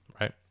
right